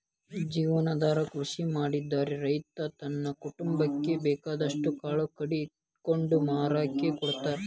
ಜೇವನಾಧಾರ ಕೃಷಿ ಮಾಡಿದ್ರ ರೈತ ತನ್ನ ಕುಟುಂಬಕ್ಕ ಬೇಕಾದಷ್ಟ್ ಕಾಳು ಕಡಿ ಇಟ್ಕೊಂಡು ಮಾರಾಕ ಕೊಡ್ತಾರ